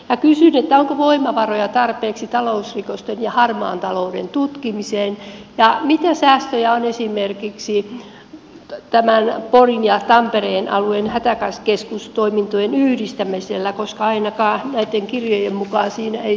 kysyn onko voimavaroja tarpeeksi talousrikosten ja harmaan talouden tutkimiseen ja mitä säästöjä on esimerkiksi porin ja tampereen alueen hätäkeskustoimintojen yhdistämisellä koska ainakaan näitten kirjojen mukaan siinä ei tule säästöjä